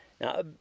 Now